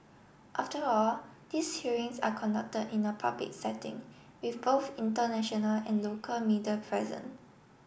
after all these hearings are conducted in a public setting with both international and local media present